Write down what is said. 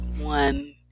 one